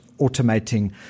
automating